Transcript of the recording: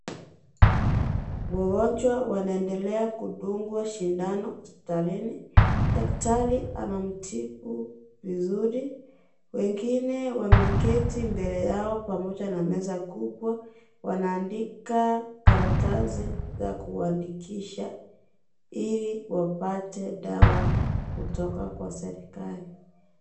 Wagonjwa wanaendelea kudungwa sindano hospitalini. Daktari anamtibu vizuri. Wengine wameketi mbele yao pamoja na meza kubwa. Wanaandika karatasi za kuandikisha ili wapate dawa kutoka kwa serikali.